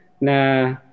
na